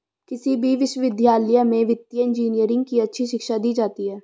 किसी भी विश्वविद्यालय में वित्तीय इन्जीनियरिंग की अच्छी शिक्षा दी जाती है